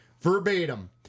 Verbatim